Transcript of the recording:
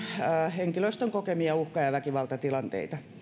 henkilöstön kokemia uhka ja ja väkivaltatilanteita